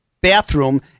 bathroom